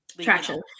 Traction